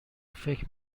فکر